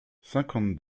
cinquante